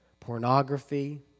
Pornography